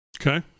Okay